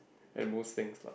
like most things lah